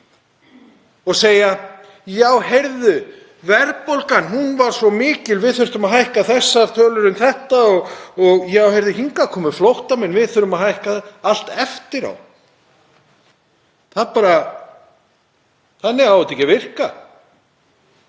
og segja: Já, heyrðu, verðbólgan var svo mikil að við þurftum að hækka þessar tölur um þetta og já, heyrðu, hingað komu flóttamenn, við þurfum að hækka allt eftir á. Þannig á þetta ekki að virka.